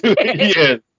yes